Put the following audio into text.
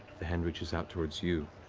the hand reaches out towards you,